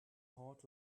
heart